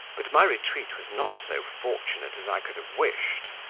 but my retreat was not so fortunate as i could have wished.